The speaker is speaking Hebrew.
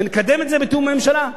ונקדם את זה בתיאום עם הממשלה.